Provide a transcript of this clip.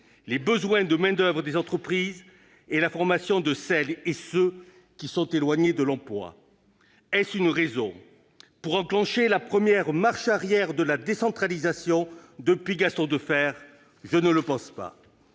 les besoins de main-d'oeuvre des entreprises et la formation de celles et ceux qui sont éloignés de l'emploi. Est-ce une raison pour enclencher la première marche arrière de la décentralisation depuis Gaston Defferre ? Je ne le pense pas.